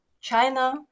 China